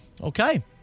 Okay